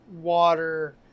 water